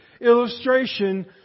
illustration